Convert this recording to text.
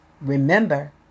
Remember